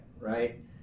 right